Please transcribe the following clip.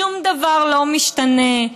שום דבר לא משתנה.